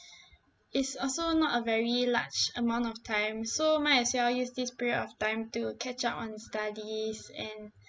it's also not a very large amount of time so might as well use this period of time to catch up on studies and